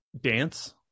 dance